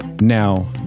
Now